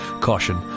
Caution